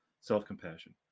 self-compassion